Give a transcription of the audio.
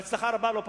בהצלחה לא פחות.